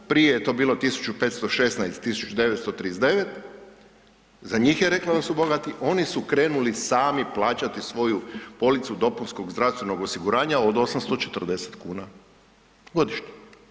Prije je to bilo 1.516,00-1.939,00 za njih je rekla da su bogati, oni su krenuli sami plaćati svoju policu dopunskog zdravstvenog osiguranja od 840,00 kn godišnje.